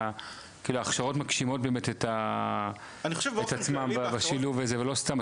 כאילו ההכשרות מגשימות באמת את עצמם בשילוב הזה ולא סתם,